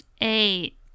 Eight